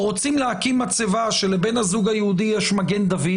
רוצים להקים מצבה כשלבן הזוג היהודי יש מגן דוד